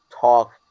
talk